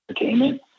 entertainment